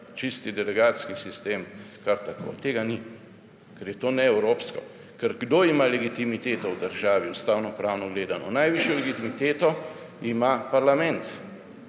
Čisti delegatski sistem kar tako. Tega ni, ker je to neevropsko. Kdo ima legitimiteto v državi, ustavnopravno gledano? Najvišjo legitimiteto ima parlament.